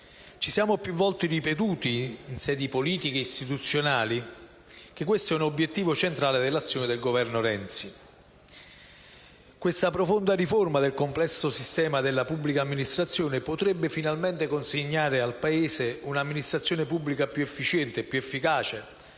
Ci siamo più volte ripetuti, in sedi politiche ed istituzionali, che questo è un obiettivo centrale dell'azione del Governo Renzi. Questa profonda riforma del complesso della pubblica amministrazione potrebbe finalmente consegnare al Paese un'amministrazione pubblica più efficiente e più efficace,